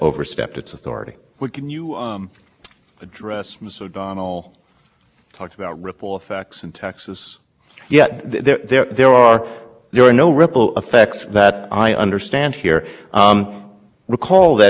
uniform threshold and get the same result it may work out that way but the only question is can this court make that determination or i get your point about